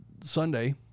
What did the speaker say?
Sunday